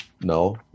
no